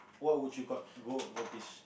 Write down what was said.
what would you got go no please